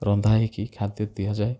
ରନ୍ଧା ହୋଇକି ଖାଦ୍ୟ ଦିଆଯାଏ